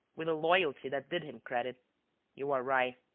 with a loyalty that did him credit you are right.